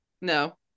no